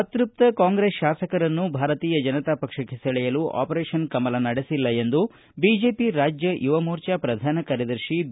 ಅತೃಪ್ತ ಕಾಂಗ್ರೆಸ್ ಶಾಸಕರನ್ನು ಭಾರತೀಯ ಜನತಾ ಪಕ್ಷಕ್ಕೆ ಸೆಳೆಯಲು ಆಪರೇಷನ್ ಕಮಲ ನಡೆಸಿಲ್ಲ ಎಂದು ಬಿಜೆಪಿ ರಾಜ್ಯ ಯುವ ಮೋರ್ಚಾ ಪ್ರಧಾನ ಕಾರ್ಯದರ್ಶಿ ಬಿ